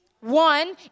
one